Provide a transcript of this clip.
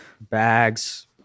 Bags